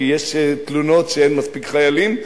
כי יש תלונות שאין מספיק חיילים,